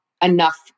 enough